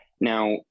Now